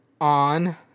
on